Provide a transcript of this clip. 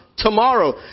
Tomorrow